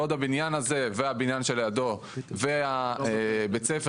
בעוד הבניין הזה והבניין שלידו ובית הספר